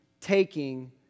taking